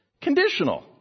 conditional